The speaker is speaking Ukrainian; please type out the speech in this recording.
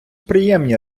приємні